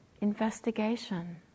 investigation